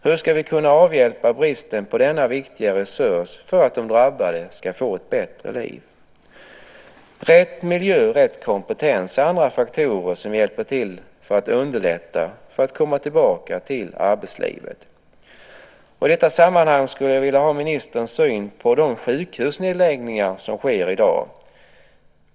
Hur ska vi kunna avhjälpa bristen på denna viktiga resurs för att de drabbade ska få ett bättre liv? Rätt miljö och rätt kompetens är andra faktorer som hjälper till för att underlätta för att komma tillbaka till arbetslivet. I detta sammanhang skulle jag vilja ha ministerns syn på de sjukhusnedläggningar som sker i dag.